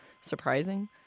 surprising